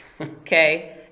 okay